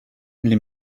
les